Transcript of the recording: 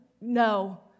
no